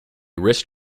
wrist